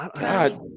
God